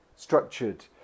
structured